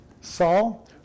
Saul